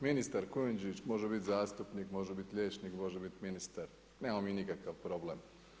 Ministar Kujundžić, može biti zastupnik, može biti liječnik, može biti ministar, nemamo mi nikakav problem.